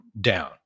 down